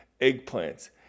eggplants